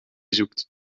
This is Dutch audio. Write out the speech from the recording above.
zoekt